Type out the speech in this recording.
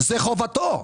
זו חובתו.